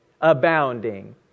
abounding